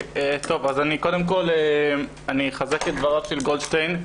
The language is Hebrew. טוב, אז אני קודם כל אחזק את דבריו של גולדשטיין.